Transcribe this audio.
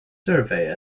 survey